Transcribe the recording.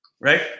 Right